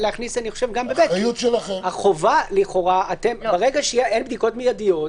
ברגע שאין בדיקות מיידיות,